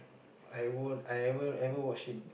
I would I will I will watch it